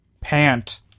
Pant